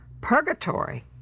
Purgatory